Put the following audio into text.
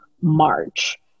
March